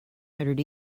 hundred